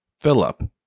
Philip